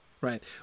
Right